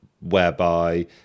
whereby